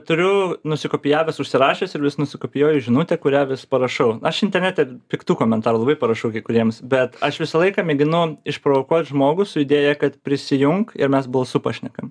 turiu nusikopijavęs užsirašęs ir vis nusikopijuoju žinutę kurią vis parašau aš internete piktų komentarų labai parašau kai kuriems bet aš visą laiką mėginu išprovokuot žmogų su idėja kad prisijunk ir mes balsu pašnekam